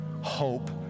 hope